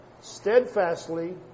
steadfastly